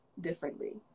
differently